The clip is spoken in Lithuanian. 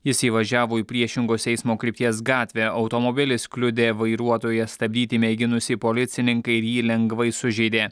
jis įvažiavo į priešingos eismo krypties gatvę automobilis kliudė vairuotoją stabdyti mėginusį policininką ir jį lengvai sužeidė